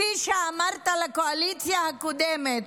כפי שאמרת לקואליציה הקודמת,